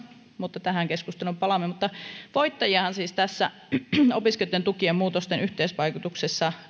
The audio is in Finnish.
mutta tähän keskusteluun palaamme voittajahan siis tässä opiskelijoitten tukien muutosten yhteisvaikutuksessa